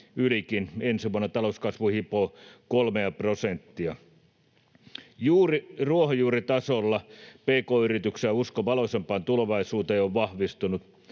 ylikin — ensi vuonna talouskasvu hipoo 3:a prosenttia. Juuri ruohojuuritasolla, pk-yrityksissä, usko valoisampaan tulevaisuuteen on vahvistunut.